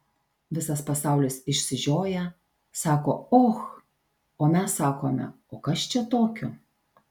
visas pasaulis išsižioja sako och o mes sakome o kas čia tokio